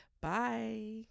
Bye